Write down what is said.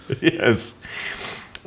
Yes